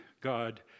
God